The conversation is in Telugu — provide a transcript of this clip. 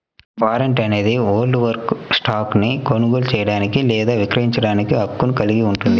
వారెంట్ అనేది హోల్డర్కు స్టాక్ను కొనుగోలు చేయడానికి లేదా విక్రయించడానికి హక్కును కలిగి ఉంటుంది